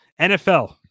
NFL